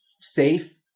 safe